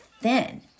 thin